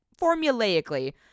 formulaically